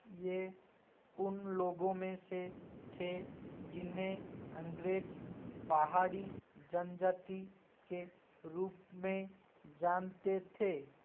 ये उन लोगों में से थे जिन्हें अंग्रेज़ पहाड़ी जनजाति के रूप में जानते थे